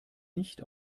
nicht